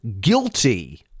guilty